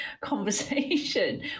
conversation